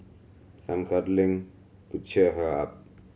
some cuddling could cheer her up